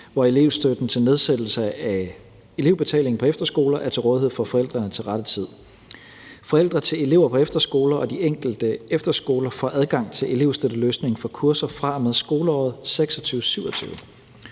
hvor elevstøtten til nedsættelse af betalingen på efterskoler er til rådighed for forældrene til rette tid. Forældre til elever på efterskoler og de enkelte efterskoler får adgang til elevstøtteløsningen for kurser fra og med skoleåret 2026/27.